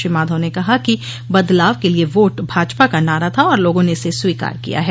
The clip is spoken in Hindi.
श्री माधव ने कहा कि बदलाव के लिए वोट भाजपा का नारा था और लोगों ने इसे स्वीकार किया है